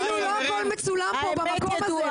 כאילו לא הכול מצולם כאן במקום הזה.